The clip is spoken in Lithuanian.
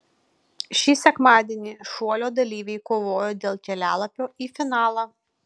šį sekmadienį šuolio dalyviai kovoja dėl kelialapio į finalą